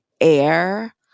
air